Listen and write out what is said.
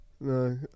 No